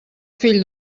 fill